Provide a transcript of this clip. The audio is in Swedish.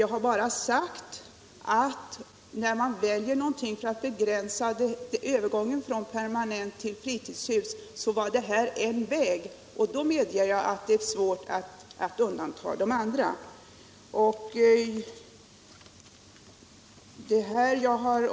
Jag har bara sagt att detta är en väg när det gäller att välja metod för att begränsa övergången från permanentbostad till fritidshus, och då medger jag att det är svårt att undanta de andra fritidshusen.